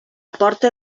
porta